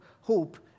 hope